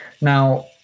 Now